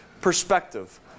perspective